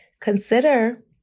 consider